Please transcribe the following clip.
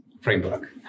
framework